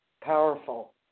powerful